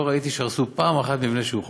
לא ראיתי שהרסו פעם אחת מבנה שהוא חוקי.